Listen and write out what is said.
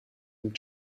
dem